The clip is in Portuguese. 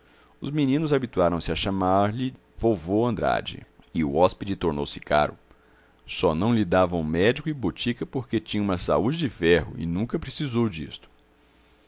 os meninos habituaram se a chamar-lhe vovô andrade e o hóspede tornou-se caro só não lhe davam médico e botica porque tinha uma saúde de ferro e nunca precisou disso